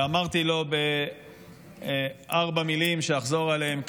ואמרתי לו בארבע מילים, שאחזור עליהן כאן,